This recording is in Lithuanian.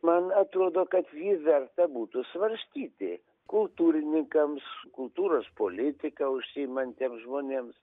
man atrodo kad jį verta būtų svarstyti kultūrininkams kultūros politika užsiimantiems žmonėms